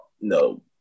no